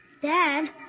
Dad